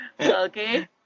okay